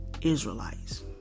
Israelites